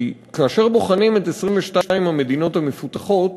כאשר בוחנים את 22 המדינות המפותחות